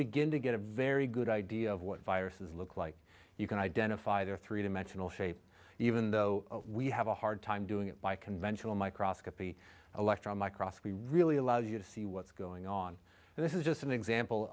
begin to get a very good idea of what viruses look like you can identify their three dimensional shape even though we have a hard time doing it by conventional microscope the electron microscopy really allows you to see what's going on and this is just an example